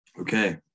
Okay